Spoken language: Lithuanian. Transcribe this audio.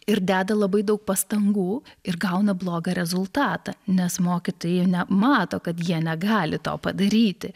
ir deda labai daug pastangų ir gauna blogą rezultatą nes mokytojai nemato kad jie negali to padaryti